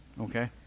Okay